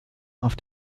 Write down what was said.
auf